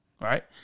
Right